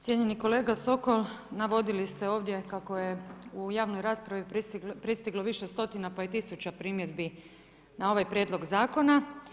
Cijenjeni kolega Sokol, navodili ste ovdje kako je u javnoj raspravi pristiglo više stotina pa i tisuće primjedbi na ovaj prijedlog zakona.